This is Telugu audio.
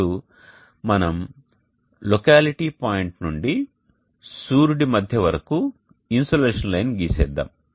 ఇప్పుడు మనం లొకాలిటీ పాయింట్ నుండి సూర్యుడి మధ్య వరకు ఇన్సోలేషన్ లైన్ గీసేద్దాం